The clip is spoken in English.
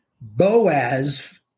Boaz